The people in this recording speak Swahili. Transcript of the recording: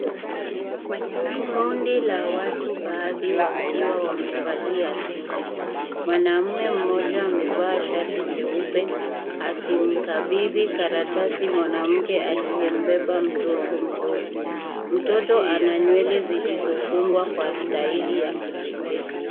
Kundi la watu, baadhi wakiwa wamevalia suti. Mwanaume mmoja amevaa shati jeupe akimkabidhi karatasi mwanamke aliyembeba mtoto mdogo. Mtoto ana nywele zilizofungwa kwa staili ya kipekee.